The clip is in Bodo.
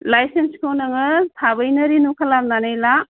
लायसेन्सखौ नोङो थाबैनो रिनिउ खालामनानै ला